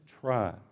try